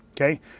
Okay